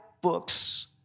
books